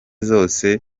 zose